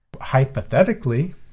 Hypothetically